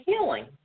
healing